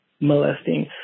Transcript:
molesting